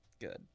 good